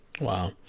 Wow